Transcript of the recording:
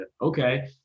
okay